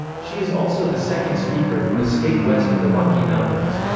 she is also the second speaker from a state west of the rocky mountains.